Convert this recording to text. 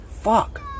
Fuck